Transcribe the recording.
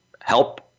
help